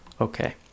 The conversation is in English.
Okay